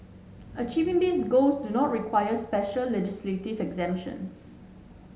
achieving these goals do not require special legislative exemptions